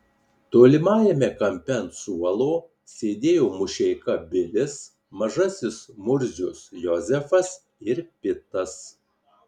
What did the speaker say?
tolimajame kampe ant suolo sėdėjo mušeika bilis mažasis murzius jozefas ir pitas